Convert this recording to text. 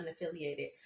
unaffiliated